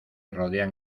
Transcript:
rodean